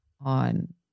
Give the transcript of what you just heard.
on